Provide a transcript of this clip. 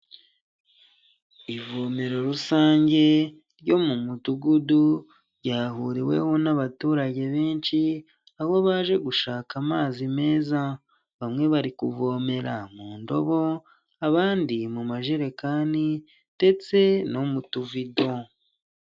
Ivomero rusange ryo mu mudugudu ryahuriweho n'abaturage benshi aho baje gushaka amazi meza, bamwe bari kuvomera mu ndobo, abandi mu majerekani ndetse no mu tuvido.